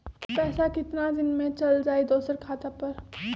पैसा कितना दिन में चल जाई दुसर खाता पर?